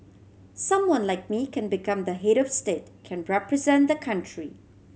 someone like me can become the head of state can represent the country